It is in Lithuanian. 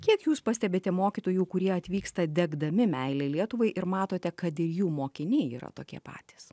kiek jūs pastebite mokytojų kurie atvyksta degdami meile lietuvai ir matote kad ir jų mokiniai yra tokie patys